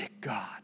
God